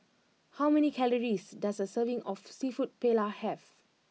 how many calories does a serving of Seafood Paella have